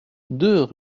deux